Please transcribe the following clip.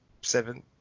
Seven